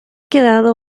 quedado